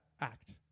act